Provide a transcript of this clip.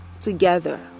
together